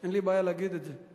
אין לי שום בעיה להגיד את זה.